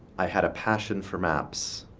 i had a passion for maps.